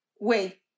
wait